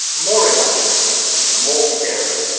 more imaginative, more caring,